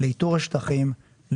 לאיתור השטחים,